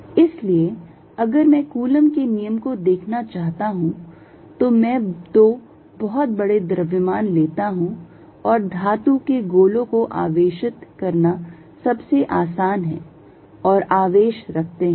इसलिए अगर मैं कूलॉम के नियम को देखना चाहता हूं तो मैं दो बहुत बड़े द्रव्यमान लेता हूं और धातु के गोलों को आवेशित करना सबसे आसान हैं और आवेश रखते हैं